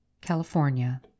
California